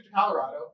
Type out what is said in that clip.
Colorado